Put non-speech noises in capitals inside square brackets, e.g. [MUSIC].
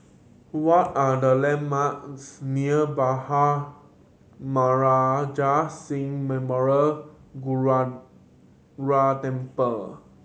what are the landmarks near Bhai Maharaj Singh [UNINTELLIGIBLE] [UNINTELLIGIBLE] Temple